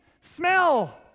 smell